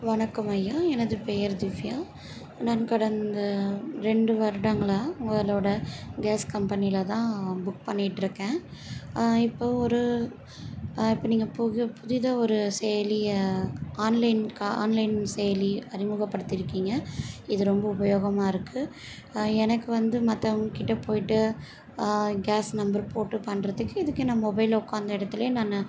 வணக்கம் ஐயா எனது பெயர் திவ்யா நான் கடந்த ரெண்டு வருடங்களாக உங்களோட கேஸ் கம்பெனியில் தான் புக் பண்ணிட்டுருக்கேன் இப்போ ஒரு இப்போ நீங்கள் புக புதிதாக ஒரு செயலியை ஆன்லைன் கா ஆன்லைன் செயலி அறிமுகப்படுத்திருக்கிங்க இது ரொம்ப உபயோகமாக இருக்கு எனக்கு வந்து மற்றவங்கக்கிட்ட போய்விட்டு கேஸ் நம்பர் போட்டு பண்ணுறதுக்கு இதுக்கு நான் மொபைலில் உட்காந்தா இடத்துலே நான்